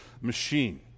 machine